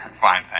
Fine